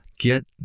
Get